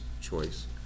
choice